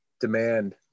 demand